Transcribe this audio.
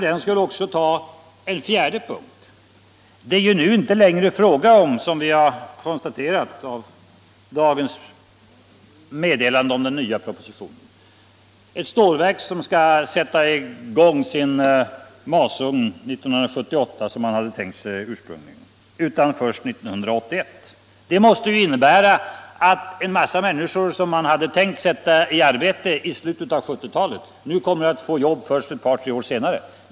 Det är nu inte heller längre fråga — som vi kunnat konstatera av dagens meddelande om den nya propositionen — om ett stålverk som skall sätta i gång 1978, vilket man tänkt sig ursprungligen, utan först 1981. Det måste innebära att en massa människor som man tänkt sätta i arbete i slutet av 1970-talet nu kommer att få jobb först ett par tre år senare.